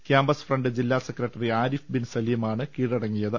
campus front ജില്ലാ secretary Arifbin Saleem ആണ് കീഴടങ്ങിയത്